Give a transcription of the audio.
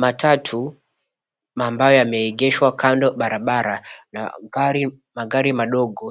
Matatu ambayo yameegeshwa kando ya barabara na magari madogo